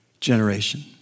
generation